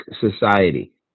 society